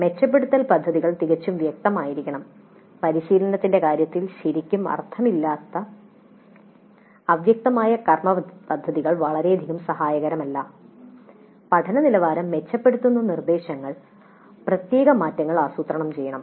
മെച്ചപ്പെടുത്തൽ പദ്ധതികൾ തികച്ചും വ്യക്തമായിരിക്കണം പരിശീലനത്തിന്റെ കാര്യത്തിൽ ശരിക്കും അർത്ഥമില്ലാത്ത അവ്യക്തമായ കർമപദ്ധതികൾ വളരെയധികം സഹായകരമല്ല പഠന നിലവാരം മെച്ചപ്പെടുത്തുന്ന നിർദ്ദേശങ്ങളിൽ പ്രത്യേക മാറ്റങ്ങൾ ആസൂത്രണം ചെയ്യണം